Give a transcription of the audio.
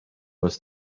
was